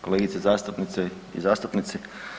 Kolege zastupnice i zastupnici.